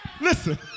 Listen